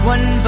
One